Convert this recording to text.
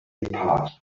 passed